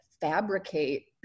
fabricate